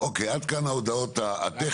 אוקיי עד כאן ההודעות הטכניות.